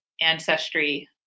ancestry